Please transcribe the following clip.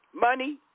Money